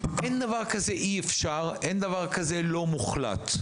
אין דבר כזה "אי אפשר", אין דבר כזה "לא מוחלט".